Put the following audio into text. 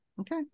Okay